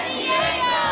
Diego